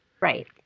Right